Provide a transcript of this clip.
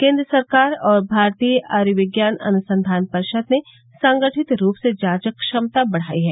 केन्द्र सरकार और भारतीय आयुर्विज्ञान अनुसंधान परिषद ने संगठित रूप से जांच क्षमता बढाई है